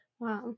Wow